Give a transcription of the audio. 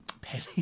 Penny